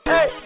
Hey